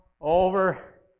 over